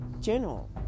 general